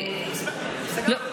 סגרנו?